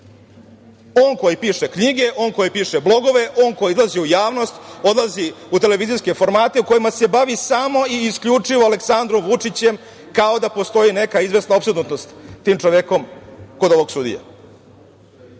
On koji piše knjige, on koji piše blogove, on koji izlazi u javnost, odlazi u televizijske formate u kojima se bavi samo i isključivo Aleksandrom Vučićem kao da postoji neka izvesna opsednutost tim čovekom kod ovog sudije. Bilo